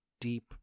deep